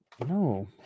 No